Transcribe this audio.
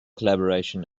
collaboration